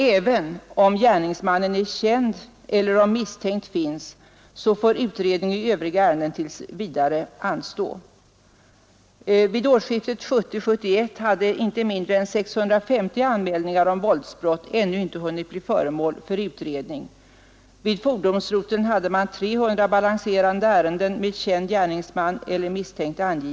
Även om gärningsmannen är känd eller om misstänkt finns får utredning i ärendet anstå tills vidare.